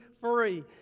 free